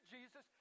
Jesus